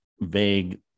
vague